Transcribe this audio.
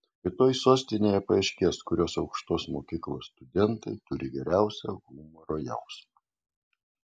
rytoj sostinėje paaiškės kurios aukštosios mokyklos studentai turi geriausią humoro jausmą